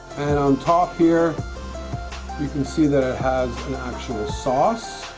and on top here you can see that it has an actual sauce